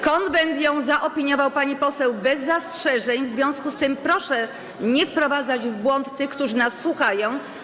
Konwent zaopiniował tę decyzję bez zastrzeżeń, w związku z tym proszę nie wprowadzać w błąd tych, którzy nas słuchają.